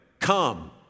Come